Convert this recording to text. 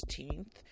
16th